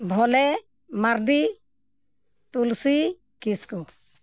ᱵᱷᱳᱞᱮ ᱢᱟᱨᱰᱤ ᱛᱩᱞᱥᱤ ᱠᱤᱥᱠᱩ